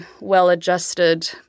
well-adjusted